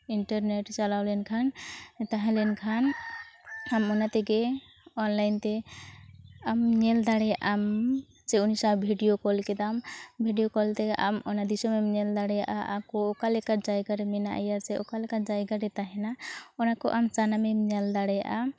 internet ᱪᱟᱞᱟᱣᱞᱮᱱ ᱠᱷᱟᱱ ᱛᱟᱦᱮᱸᱞᱮᱱ ᱠᱷᱟᱱ ᱟᱢ ᱚᱱᱟᱛᱮᱜᱮ ᱚᱱᱞᱟᱭᱤᱱᱛᱮ ᱟᱢ ᱧᱮᱞ ᱫᱟᱲᱮᱭᱟᱜᱼᱟᱢ ᱡᱮ ᱩᱱᱤ ᱥᱟᱶ ᱵᱷᱤᱰᱤᱭᱳ ᱠᱚᱞ ᱠᱮᱫᱟᱢ ᱵᱷᱤᱰᱤᱭᱳ ᱠᱚᱞᱛᱮ ᱜᱮ ᱟᱢ ᱚᱱᱟ ᱫᱤᱥᱚᱢᱼᱮᱢ ᱧᱮᱞ ᱫᱟᱲᱮᱭᱟᱜᱼᱟ ᱟᱠᱚ ᱚᱠᱟᱞᱮᱠᱟ ᱡᱟᱭᱜᱟᱨᱮ ᱢᱮᱱᱟᱭᱟ ᱥᱮ ᱟᱠᱚ ᱚᱠᱟᱞᱮᱠᱟ ᱡᱟᱭᱜᱟᱨᱮ ᱛᱟᱦᱮᱱᱟ ᱚᱱᱟᱠᱚ ᱟᱢ ᱥᱟᱱᱟᱢᱼᱮᱢ ᱧᱮᱞ ᱫᱟᱲᱮᱭᱟᱜᱼᱟ